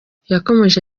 yakomeje